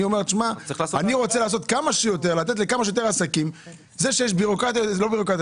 אומר: אני רוצה לתת לכמה שיותר עסקים.